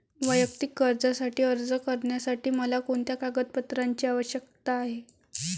वैयक्तिक कर्जासाठी अर्ज करण्यासाठी मला कोणत्या कागदपत्रांची आवश्यकता आहे?